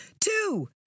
Two